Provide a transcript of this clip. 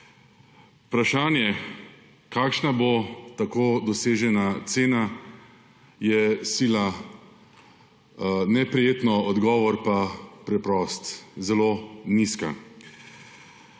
Vprašanje, kakšna bo tako dosežena cena, je sila neprijetno, odgovor pa preprost, zelo nizka.